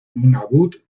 nunavut